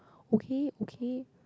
okay okay